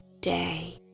day